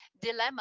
dilemma